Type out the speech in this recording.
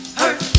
hurt